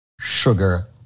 Sugar